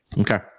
Okay